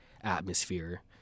atmosphere